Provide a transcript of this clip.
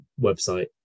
website